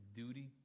duty